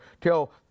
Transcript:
till